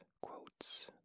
quotes